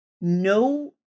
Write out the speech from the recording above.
no